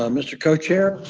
um mr. co-chair,